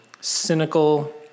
Cynical